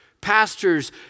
Pastors